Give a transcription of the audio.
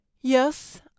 Yes